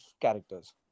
characters